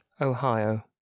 Ohio